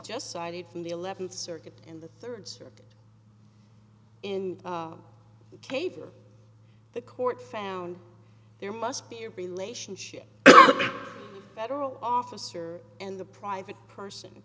just cited from the eleventh circuit in the third circuit in the cave for the court found there must be your relationship federal officer and the private person